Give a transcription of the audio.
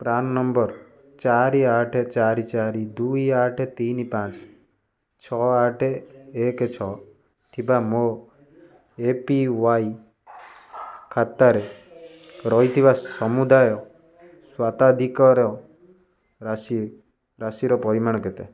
PRAN number ଚାରି ଆଠ ଚାରି ଚାରି ଦୁଇ ଆଠ ତିନି ପାଞ୍ଚ ଛଅ ଆଠ ଏକ ଛଅ ଥିବା ମୋ ଏ ପି ୱାଇ ଖାତାରେ ରହିଥିବା ସମୁଦାୟ ସ୍ୱତ୍ୱାଧିକାର ରାଶି ରାଶିର ପରିମାଣ କେତେ